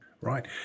right